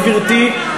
גברתי,